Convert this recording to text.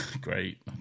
great